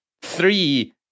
Three